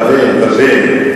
בבל ויש בגדד.